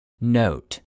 Note